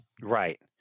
right